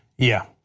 yeah,